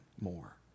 more